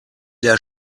der